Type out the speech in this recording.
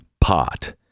pot